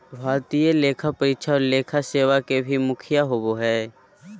भारतीय लेखा परीक्षा और लेखा सेवा के भी मुखिया होबो हइ